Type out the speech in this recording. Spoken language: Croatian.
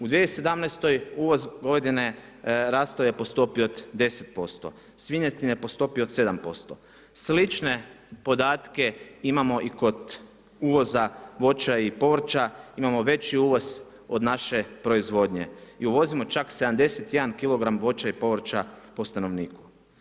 U 2017. uvoz govedine rastao je po stopi od 10%, svinjetine po stopi od 7%, slične podatke imamo i kod uvoza voća i povrća, imamo veći uvoz od naše proizvodnje i uvozimo čak 71 kilogram voća i povrća po stanovniku.